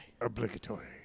obligatory